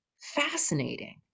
fascinating